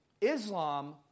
Islam